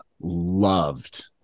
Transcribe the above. loved